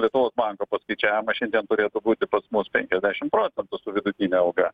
lietuvos banko paskaičiavimą šiandien turėtų būti pas mus penkiasdešimt procentų su vidutine alga